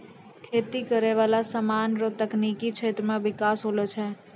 खेती करै वाला समान से तकनीकी क्षेत्र मे बिकास होलो छै